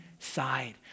side